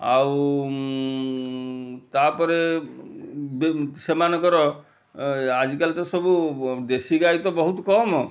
ଆଉ ତା'ପରେ ସେମାନଙ୍କର ଆଜିକାଲି ତ ସବୁ ଦେଶୀ ଗାଈ ତ ବହୁତ କମ୍